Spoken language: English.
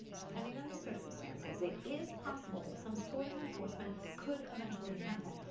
depending on the circumstances it is possible that some sort of enforcement could eventually happen.